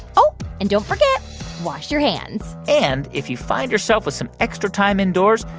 oh, and don't forget wash your hands and if you find yourself with some extra time indoors,